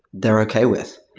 they're okay with